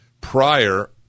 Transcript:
prior